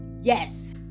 yes